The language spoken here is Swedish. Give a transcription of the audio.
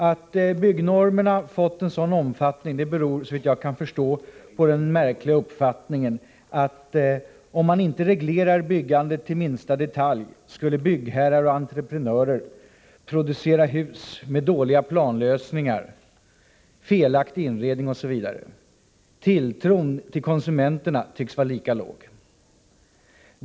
Att byggnormen har fått en sådan omfattning beror såvitt jag kan förstå på den märkliga uppfattningen att om man inte reglerade byggandet i minsta detalj skulle byggherrar och entreprenörer producera hus med dåliga planlösningar, felaktig inredning, osv. Tilltron till konsumenterna tycks vara lika låg.